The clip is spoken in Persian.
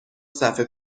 صفحه